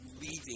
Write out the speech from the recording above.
leaving